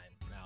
now